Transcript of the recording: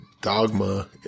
Dogma